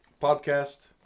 Podcast